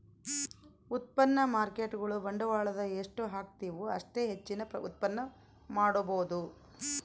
ಉತ್ಪನ್ನ ಮಾರ್ಕೇಟ್ಗುಳು ಬಂಡವಾಳದ ಎಷ್ಟು ಹಾಕ್ತಿವು ಅಷ್ಟೇ ಹೆಚ್ಚಿನ ಉತ್ಪನ್ನ ಮಾಡಬೊದು